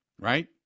Right